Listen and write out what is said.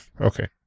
Okay